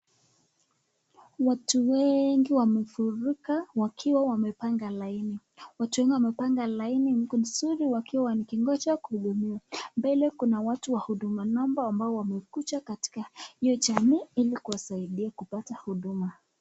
Watu wengi wamefurika wakiwa wamepanga laini, watu wengi wamepanga laini nzuri wakingoja kuhudumiwa, mbele kuna watu wa huduma namba waliokuja katika hio jamii ili kuwasaidia kupata huduma.